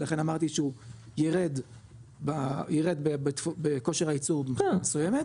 ולכן אמרתי שהוא ירד בכושר הייצור ברמה מסוימת,